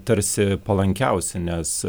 tarsi palankiausi nes